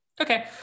Okay